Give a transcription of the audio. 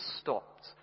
stopped